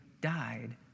died